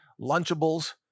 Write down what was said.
Lunchables